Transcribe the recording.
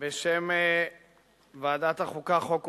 בשם ועדת החוקה, חוק ומשפט,